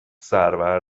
سرور